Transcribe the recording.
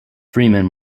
freeman